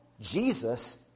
Jesus